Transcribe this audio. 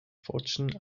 fortune